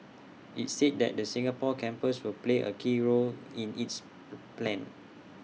IT said that the Singapore campus will play A key role in its plan